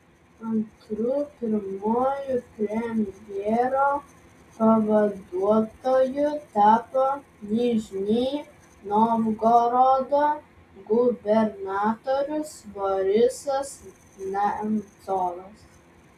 antru pirmuoju premjero pavaduotoju tapo nižnij novgorodo gubernatorius borisas nemcovas